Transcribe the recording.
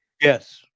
Yes